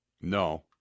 no